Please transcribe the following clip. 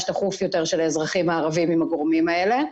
תכוף יותר של האזרחים הערבים עם הגורמים האלה.